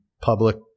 public